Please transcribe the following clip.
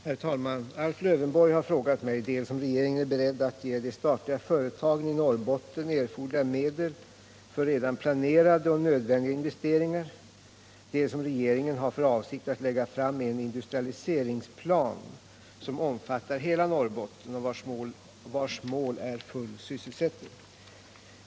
Herr talman! Alf Lövenborg har frågat mig dels om regeringen är beredd att ge de statliga företagen i Norrbotten erforderliga medel för redan planerade och nödvändiga investeringar, dels om regeringen har för avsikt att lägga fram en industrialiseringsplan som omfattar hela Norrbotten och vars mål är full sysselsättning.